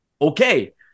okay